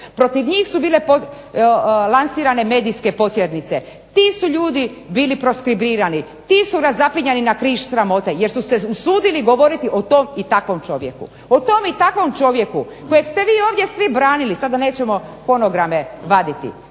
protiv njih su bile lansirane medijske potjernice. Ti su ljudi bili proskribirani. Ti su razapinjani na križ sramote jer su se usudili govoriti o tom i takvom čovjeku, o tom i takvom čovjeku kojeg ste vi ovdje svi branili sada nećemo fonograme vaditi,